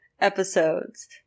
episodes